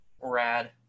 rad